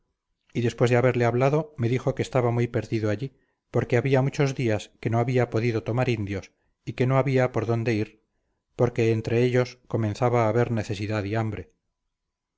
y después de haberle hablado me dijo que estaba muy perdido allí porque había muchos días que no había podido tomar indios y que no había por donde ir porque entre ellos comenzaba a haber necesidad y hambre